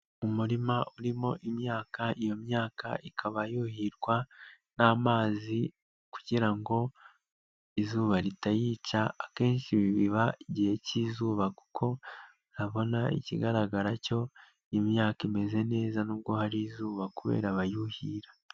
Umurima urimo imyaka, iyo myaka ikaba yuhirwa n'amazi kugira ngo izuba ritayica, akenshi biba igihe cy'izuba kuko ndabona ikigaragara cyo imyaka imeze neza, nubwou hari izuba kubera bayuhira.